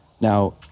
Now